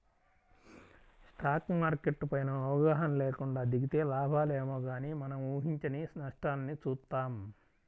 stock market పైన అవగాహన లేకుండా దిగితే లాభాలేమో గానీ మనం ఊహించని నష్టాల్ని చూత్తాం